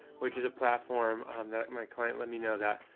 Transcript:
which is a platform, um, that my client let me know that